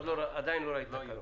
עדיין לא ראית תקנות.